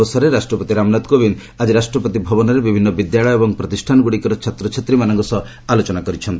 ଏହି ଅବସରରେ ରାଷ୍ଟ୍ରପତି ରାମନାଥ କୋବିନ୍ଦ ଆଜି ରାଷ୍ଟ୍ରପତି ଭବନରେ ବିଭିନ୍ନ ବିଦ୍ୟାଳୟ ଏବଂ ପ୍ରତିଷ୍ଠାନଗୁଡିକର ଛାତ୍ରଛାତ୍ରୀମାନଙ୍କ ସହ ଆଲୋଚନା କରିଛନ୍ତି